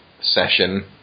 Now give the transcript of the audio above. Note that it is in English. session